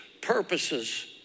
purposes